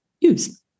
use